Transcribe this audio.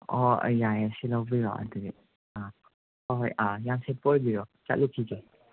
ꯑꯣꯍꯣ ꯁꯤ ꯌꯥꯔꯦ ꯁꯤ ꯂꯧꯕꯤꯔꯣ ꯑꯗꯨꯗꯤ ꯑꯥ ꯍꯣꯏ ꯍꯣꯏ ꯑꯥ ꯌꯥꯝ ꯁꯤꯠꯄ ꯑꯣꯏꯕꯤꯔꯣ ꯆꯠꯂꯨꯈꯤꯒꯦ